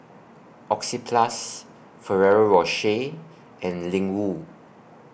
Oxyplus Ferrero Rocher and Ling Wu